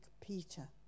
Peter